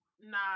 Nah